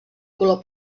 color